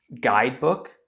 guidebook